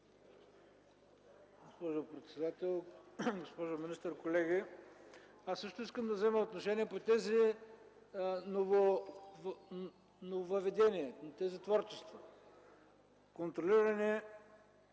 Госпожо председател, госпожо министър, колеги! Аз също искам да взема отношение по тези нововъведения, по тези творчества. „Контролиране